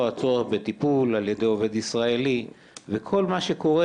הצורך בטיפול על ידי עובד ישראלי וכל מה שקורה,